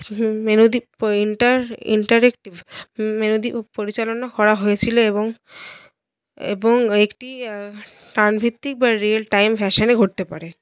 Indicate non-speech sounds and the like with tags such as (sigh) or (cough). menu inter interactive (unintelligible) দিয়ে পরিচালনা করা হয়েছিল এবং এবং একটি প্রানভিত্তিক বা রিয়েল টাইম ফ্যাশানে (unintelligible) পারে